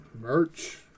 Merch